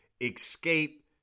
escape